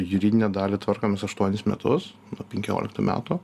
juridinę dalį tvarkomės aštuonis metus nuo penkioliktų metų